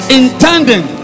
intending